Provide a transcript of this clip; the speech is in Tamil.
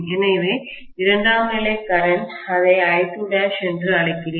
எனவே இரண்டாம் நிலை கரண்ட் அதை I2' என்று அழைக்கிறேன்